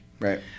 right